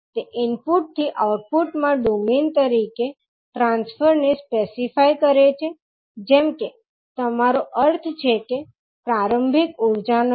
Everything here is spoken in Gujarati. તે ઇનપુટ થી આઉટપુટમાં ડોમેન તરીકે ટ્રાન્સફરને સ્પેસિફાઇ કરે છે જેમ કે તમારો અર્થ છે કે પ્રારંભિક ઉર્જા નથી